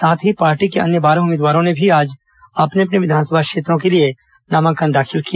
साथ ही पार्टी के अन्य बारह उम्मीदवारों ने भी अपने अपने विधानसभा क्षेत्रों के लिए नामांकन दाखिल किया